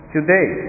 Today